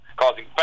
causing